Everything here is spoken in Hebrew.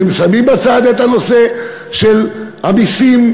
שמים בצד את הנושא של המסים,